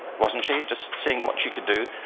wasn't she? just seeing what she could do.